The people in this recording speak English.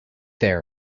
there